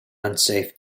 unsafe